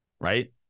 right